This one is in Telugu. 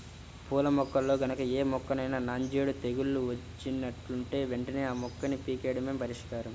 పూల మొక్కల్లో గనక ఏ మొక్కకైనా నాంజేడు తెగులు వచ్చినట్లుంటే వెంటనే ఆ మొక్కని పీకెయ్యడమే పరిష్కారం